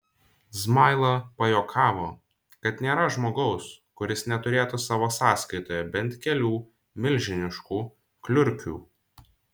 zmaila pajuokavo kad nėra žmogaus kuris neturėtų savo sąskaitoje bent kelių milžiniškų kliurkių